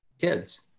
kids